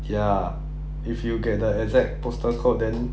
ya if you get the exact postal code then